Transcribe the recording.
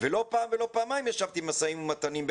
ולא פעם ולא פעמיים ישבתי במשאים ומתנים,